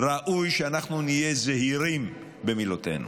ראוי שאנחנו נהיה זהירים במילותינו.